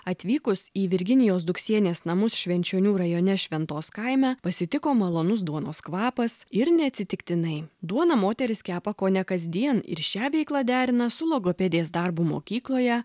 atvykus į virginijos duksienės namus švenčionių rajone šventos kaime pasitiko malonus duonos kvapas ir neatsitiktinai duoną moteris kepa kone kasdien ir šią veiklą derina su logopedės darbu mokykloje